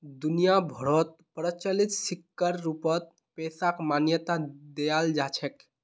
दुनिया भरोत प्रचलित सिक्कर रूपत पैसाक मान्यता दयाल जा छेक